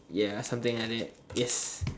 ya something like that yes